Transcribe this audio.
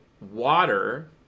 water